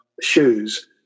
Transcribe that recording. shoes